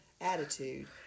attitude